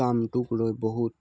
কামটোক লৈ বহুত